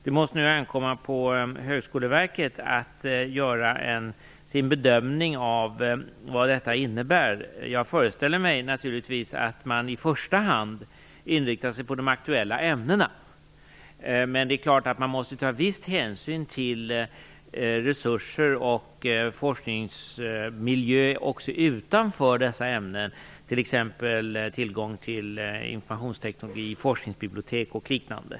Det måste nu ankomma på Högskoleverket att göra sin bedömning av vad detta innebär. Jag föreställer mig naturligtvis att man i första hand inriktar sig på de aktuella ämnena. Men det är klart att man måste ta viss hänsyn till resurser och forskningsmiljö också utanför dessa ämnen, t.ex. tillgång till informationsteknik, forskningsbibliotek och liknande.